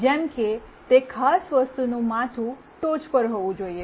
જેમ કે તે ખાસ વસ્તુનું માથું ટોચ પર હોવું જોઈએ